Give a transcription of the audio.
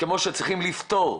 כמו שצריכים לפתור,